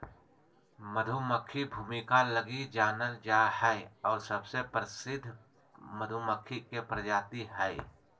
मधुमक्खी भूमिका लगी जानल जा हइ और सबसे प्रसिद्ध मधुमक्खी के प्रजाति हइ